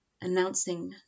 announcing